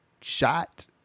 shot